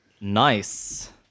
Nice